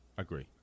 agree